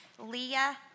Leah